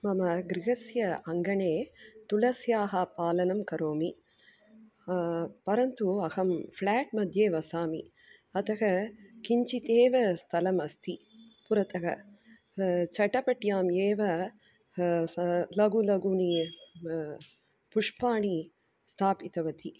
मम गृहस्य अङ्गणे तुलस्याः पालनं करोमि परन्तु अहं फ़्लाट्मध्ये म वसामि अतः किञ्चितेव स्थलमस्ति पुरतः चटपट्याम्येव स लघु लघुनि पुष्पाणि स्थापितवती